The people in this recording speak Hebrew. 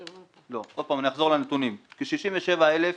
עוד פעם אחזור על הנתונים: כ-67 אלף